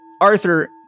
Arthur